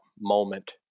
moment